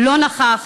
לא נכח.